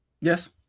Yes